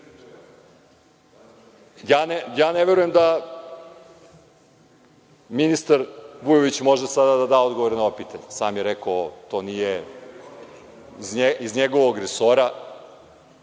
ne verujem da ministar Vujović može sada da da odgovore na ova pitanja. Sam je rekao da to nije iz njegovog resora.